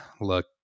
look